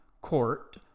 court